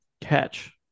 catch